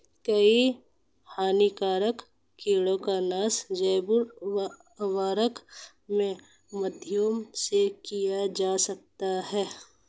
कई हानिकारक कीटों का नाश जैव उर्वरक के माध्यम से किया जा सकता है